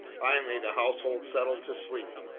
finally the household settled to sleep.